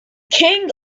king